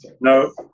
No